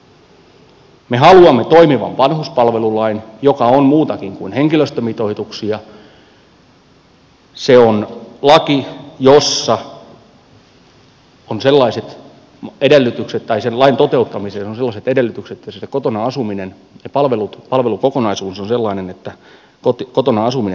me haluamme toimivan vanhuspalvelulain joka on muutakin kuin henkilöstömitoituksia joka on laki jossa sen lain toteuttamiseen on sellaiset edellytykset että palvelukokonaisuus on sellainen että kotona asuminen on mahdollista